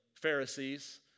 Pharisees